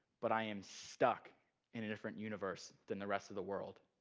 but i am stuck in a different universe than the rest of the world.